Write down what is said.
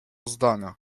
zdania